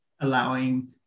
allowing